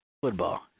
Football